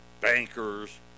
Bankers